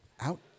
Out